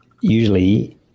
Usually